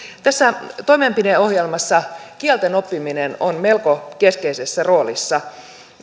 tässä toimenpideohjelmassa kielten oppiminen on melko keskeisessä roolissa